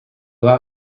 out